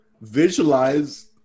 visualize